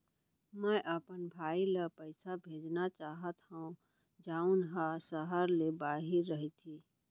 मै अपन भाई ला पइसा भेजना चाहत हव जऊन हा सहर ले बाहिर रहीथे